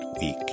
week